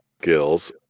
skills